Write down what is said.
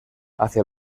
hacia